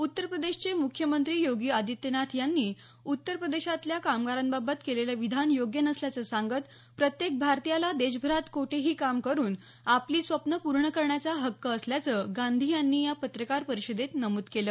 उत्तरप्रदेशचे मुख्यमंत्री योगी आदित्यनाथ यांनी उत्तरप्रदेशातल्या कामगारांबाबत केलेलं विधान योग्य नसल्याचं सांगत प्रत्येक भारतीयाला देशभरात कोठेही काम करून आपली स्वप्न पूर्ण करण्याचा हक्क असल्याचं गांधी यांनी या पत्रकार परिषदेत नमूद केलं